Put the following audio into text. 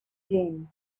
jane